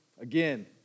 again